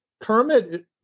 Kermit